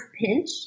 Pinch